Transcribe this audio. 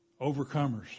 Overcomers